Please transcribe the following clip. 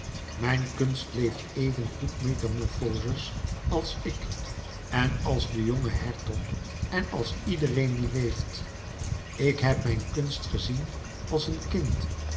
mijn kunst leeft evengoed metamorfozes als ik en als de jonge hertog en als iedereen die leeft ik heb mijn kunst gezien als een kind